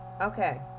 Okay